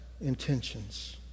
intentions